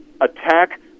attack